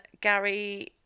Gary